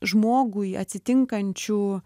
žmogui atsitinkančių